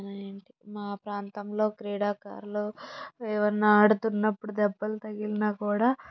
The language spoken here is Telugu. మా ప్రాంతంలో క్రీడాకారులు ఏవన్నా ఆడుతున్నప్పుడు దెబ్బలు తగిలినా కూడా